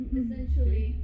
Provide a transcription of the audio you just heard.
essentially